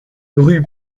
rue